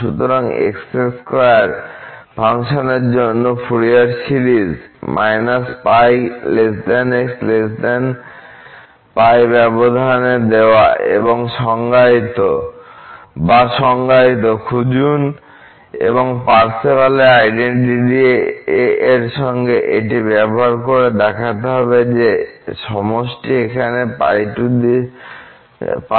সুতরাং x2 ফাংশনের জন্য ফুরিয়ার সিরিজ π x π ব্যবধান দেওয়া বা সংজ্ঞায়িত খুঁজুন এবং পার্সেভালের আইডেনটিটি এর সঙ্গে এটি ব্যবহার দেখাতে হবে যে সমষ্টি এখানে π296 হয়